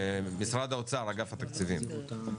משרד האוצר אגף תקציבים,